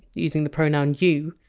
using the pronoun you,